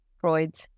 Freud